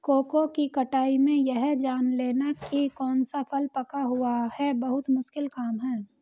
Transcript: cocoa की कटाई में यह जान लेना की कौन सा फल पका हुआ है बहुत मुश्किल काम है